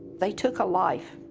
they took a life.